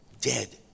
Dead